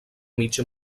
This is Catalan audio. mitja